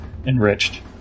Enriched